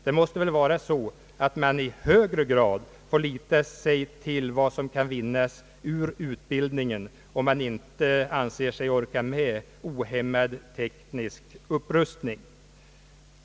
Det måste väl vara så att man i högre grad får förlita sig på vad man kan vinna genom den bättre utbildningen, om man inte anser sig orka med en ohämmad teknisk upprustning.